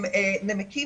הם נמקים